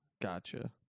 gotcha